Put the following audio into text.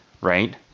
right